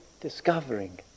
discovering